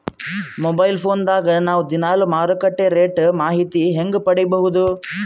Mobile phone ದಾಗ ನಾವು ದಿನಾಲು ಮಾರುಕಟ್ಟೆ ರೇಟ್ ಮಾಹಿತಿ ಹೆಂಗ ಪಡಿಬಹುದು?